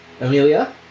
Amelia